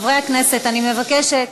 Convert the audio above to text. חברי הכנסת, אני מבקשת,